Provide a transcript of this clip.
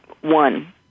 one